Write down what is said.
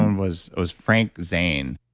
and was was frank zane.